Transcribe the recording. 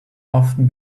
often